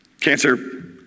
cancer